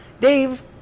Dave